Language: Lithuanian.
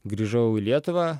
grįžau į lietuvą